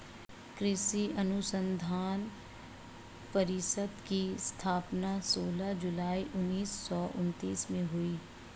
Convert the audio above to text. कृषि अनुसंधान परिषद की स्थापना सोलह जुलाई उन्नीस सौ उनत्तीस में हुई